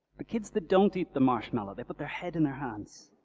the kids that don't eat the marshmallow, they put their head in their hands,